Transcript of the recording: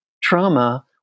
trauma